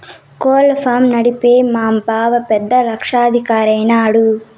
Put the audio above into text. కోళ్ల ఫారం నడిపి మా బావ పెద్ద లక్షాధికారైన నాడు